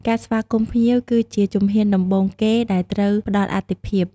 ការស្វាគមន៍ភ្ញៀវ គឺជាជំហានដំបូងគេដែលត្រូវផ្តល់អាទិភាព។